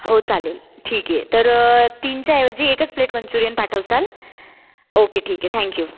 हो चालेल ठीक आहे तर तीनच्या ऐवजी एकच प्लेट मंचूरियन पाठवसाल ओके ठीक आहे थॅंक यू